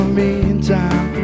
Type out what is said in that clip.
meantime